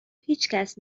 هیچکس